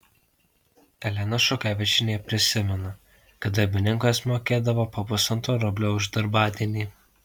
elena šukevičienė prisimena kad darbininkams mokėdavo po pusantro rublio už darbadienį